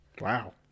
wow